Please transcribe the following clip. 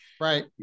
Right